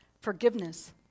forgiveness